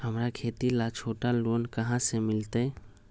हमरा खेती ला छोटा लोने कहाँ से मिलतै?